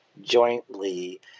jointly